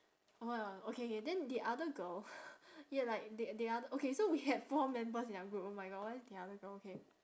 what okay K then the other girl we had like the the other okay so we had four members in our group oh my god why the other girl okay